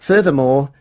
furthermore,